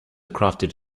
crafted